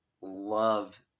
love